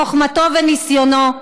חוכמתו וניסיונו,